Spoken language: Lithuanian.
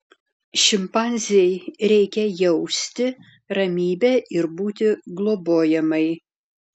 šimpanzei reikia jausti ramybę ir būti globojamai